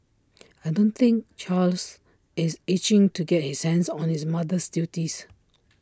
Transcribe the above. I don't think Charles is itching to get his hands on his mother's duties